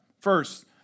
First